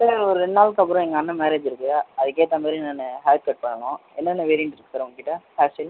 sir எனக்கு ஒரு ரெண்டு நாளுக்கு அப்புறம் எங்கள் அண்ணண் மேரேஜ் இருக்குது அதுக்கேற்ற மாதிரி நான் ஹேர் கட் பண்ணணும் என்னென்ன வேரியண்ட் இருக்குது சார் உங்கக்கிட்ட ஹேர் ஸ்டைல்